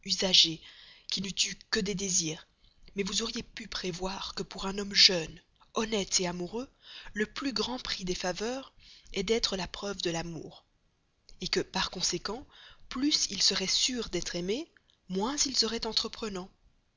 qui n'eût eu que des désirs mais vous auriez pu prévoir que pour un homme jeune honnête amoureux le plus grand prix des faveurs est d'être la preuve de l'amour que par conséquent plus il serait sûr d'être aimé moins il serait entreprenant